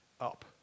up